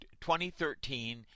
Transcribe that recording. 2013